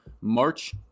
March